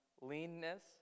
leanness